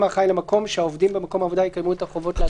האחראי למקום שהעובדים במקום העבודה יקיימו את החובה לעטות מסיכה.